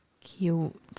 Cute